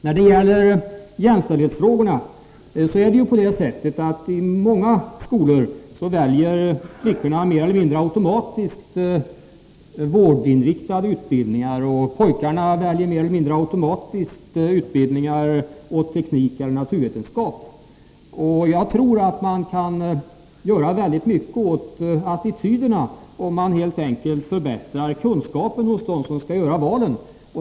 När det gäller jämställdheten: I många skolor väljer flickorna mer eller mindre automatiskt vårdinriktade utbildningar och pojkarna utbildningar åt teknik eller naturvetenskap. Jag tror att man kan göra väldigt mycket åt attityderna om man helt enkelt förbättrar kunskaperna hos dem som skall göra valet.